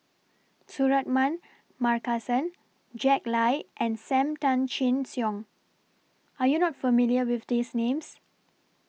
Suratman Markasan Jack Lai and SAM Tan Chin Siong Are YOU not familiar with These Names